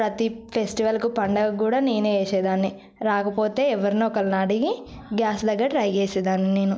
ప్రతీ ఫెస్టివల్కు పండగకు కూడ నేనే చేసేదాన్ని రాకపోతే ఎవర్నో ఒకరిని అడిగి గ్యాస్ దగ్గర ట్రై చేసేదాన్ని నేను